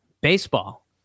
baseball